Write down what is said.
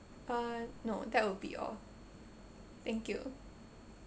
uh no that would be all thank you